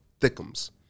thickums